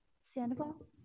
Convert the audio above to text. Sandoval